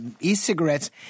e-cigarettes